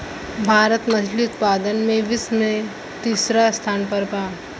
भारत मछली उतपादन में विश्व में तिसरा स्थान पर बा